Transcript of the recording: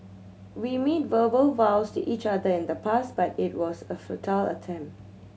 we made verbal vows to each other in the past but it was a futile attempt